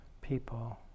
people